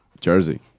jersey